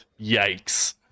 Yikes